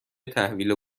تحویل